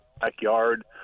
backyard